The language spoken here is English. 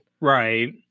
Right